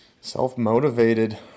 self-motivated